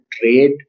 trade